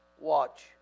watch